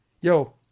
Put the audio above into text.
yo